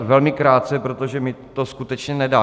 Velmi krátce, protože mi to skutečně nedá.